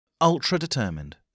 Ultra-determined